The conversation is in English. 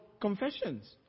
confessions